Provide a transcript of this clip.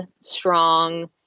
strong